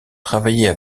travaillaient